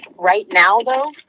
right now, though,